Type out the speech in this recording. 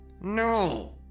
No